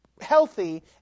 healthy